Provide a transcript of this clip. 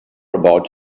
about